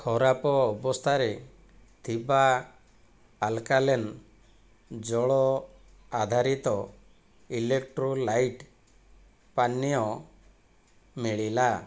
ଖରାପ ଅବସ୍ଥାରେ ଥିବା ଆଲ୍କାଲାଇନ୍ ଜଳ ଆଧାରିତ ଇଲେକ୍ଟ୍ରୋଲାଇଟ୍ ପାନୀୟ ମିଳିଲା